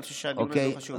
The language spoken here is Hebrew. אני חושב שהדיון הזה חשוב.